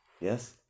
Yes